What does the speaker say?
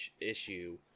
issue